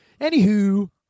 Anywho